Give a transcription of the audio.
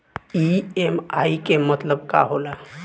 EMI के मतलब का होला?